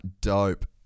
dope